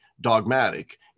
dogmatic